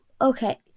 Okay